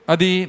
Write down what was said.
Adi